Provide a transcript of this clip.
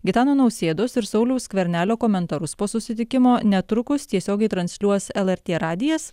gitano nausėdos ir sauliaus skvernelio komentarus po susitikimo netrukus tiesiogiai transliuos lrt radijas